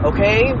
Okay